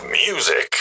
music